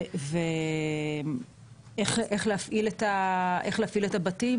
ואיך להפעיל את הבתים?